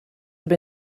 have